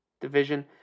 division